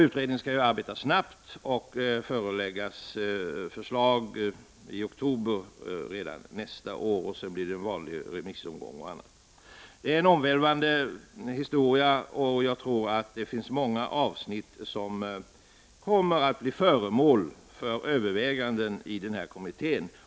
Utredningen skall arbeta snabbt och lägga fram förslag redan i oktober nästa år. Sedan följer en sedvanlig remissomgång. Det är en omvälvande historia, och jag tror att det finns många avsnitt som kommer att blir föremål för överväganden i kommittén.